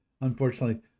unfortunately